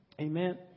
Amen